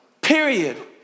Period